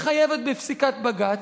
מחייבת בפסיקת בג"ץ,